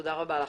תודה רבה לך.